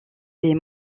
des